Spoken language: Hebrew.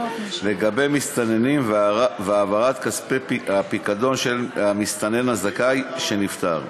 לגבי מסתננים והעברת כספי הפיקדון של מסתנן זכאי שנפטר.